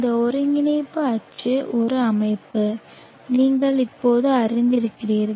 இந்த ஒருங்கிணைப்பு அச்சு ஒரு அமைப்பு நீங்கள் இப்போது அறிந்திருக்கிறீர்கள்